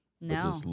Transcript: No